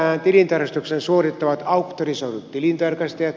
tämän tilintarkastuksen suorittavat auktorisoidut tilintarkastajat